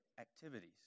activities